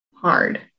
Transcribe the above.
hard